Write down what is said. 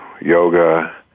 yoga